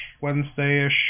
Wednesday-ish